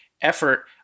effort